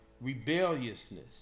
rebelliousness